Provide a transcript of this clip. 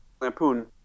Lampoon